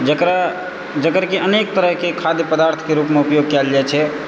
जेकरा जेकर कि अनेक तरहके खाद्य पदार्थके रूपमे उपयोग कयल जाइ छै